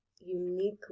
uniquely